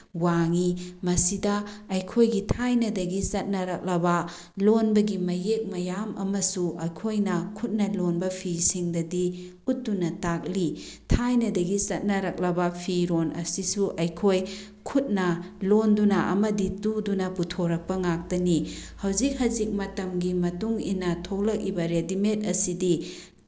ꯋꯥꯡꯏ ꯃꯁꯤꯗ ꯑꯩꯈꯣꯏꯒꯤ ꯊꯥꯏꯅꯗꯒꯤ ꯆꯠꯅꯔꯛꯂꯕ ꯂꯣꯟꯕꯒꯤ ꯃꯌꯦꯛ ꯃꯌꯥꯝ ꯑꯃꯁꯨ ꯑꯩꯈꯣꯏꯅ ꯈꯨꯠꯅ ꯂꯣꯟꯕ ꯐꯤꯁꯤꯡꯗꯗꯤ ꯎꯠꯇꯨꯅ ꯇꯥꯛꯂꯤ ꯊꯥꯏꯅꯗꯒꯤ ꯆꯠꯅꯔꯛꯂꯕ ꯐꯤꯔꯣꯟ ꯑꯁꯤꯁꯨ ꯑꯩꯈꯣꯏ ꯈꯨꯠꯅ ꯂꯣꯟꯗꯨꯅ ꯑꯃꯗꯤ ꯇꯨꯗꯨꯅ ꯄꯨꯊꯣꯔꯛꯄ ꯉꯥꯛꯇꯅꯤ ꯍꯧꯖꯤꯛ ꯍꯖꯤꯛ ꯃꯇꯝꯒꯤ ꯃꯇꯨꯡꯏꯟꯅ ꯊꯣꯛꯂꯛꯏꯕ ꯔꯦꯗꯤꯃꯦꯗ ꯑꯁꯤꯗꯤ